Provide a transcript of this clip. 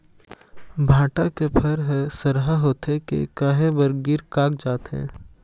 भांटा के फर हर सरहा होथे के काहे बर गिर कागजात हे?